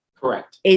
Correct